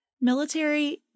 military